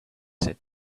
said